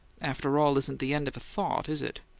after all isn't the end of a thought, is it?